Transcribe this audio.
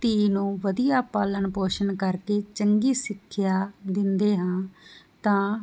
ਧੀ ਨੂੰ ਵਧੀਆ ਪਾਲਣ ਪੋਸ਼ਣ ਕਰਕੇ ਚੰਗੀ ਸਿੱਖਿਆ ਕਹਿੰਦੇ ਹਾਂ ਤਾਂ